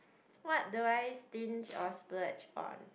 what do I stinge or splurge on